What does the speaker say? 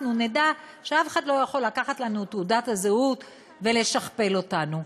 נדע שאף אחד לא יכול לקחת לנו את תעודת הזהות ולשכפל אותנו.